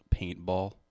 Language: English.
paintball